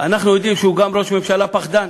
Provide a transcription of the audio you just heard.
אנחנו יודעים שהוא גם ראש ממשלה פחדן,